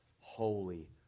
holy